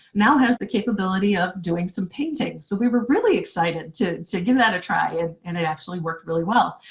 now has the capability of doing some painting. so we were really excited to to give that a try and and it actually worked really well.